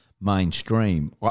mainstream